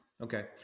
Okay